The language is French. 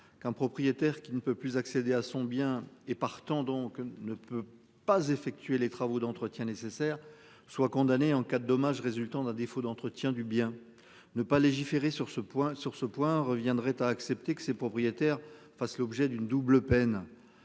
qu'un propriétaire qui ne peut plus accéder à son bien et partant donc ne peut pas effectuer les travaux d'entretien nécessaires soient condamnés en cas de dommages résultant d'un défaut d'entretien du bien ne pas légiférer sur ce point, sur ce point reviendrait à accepter que ses propriétaires fassent l'objet d'une double peine.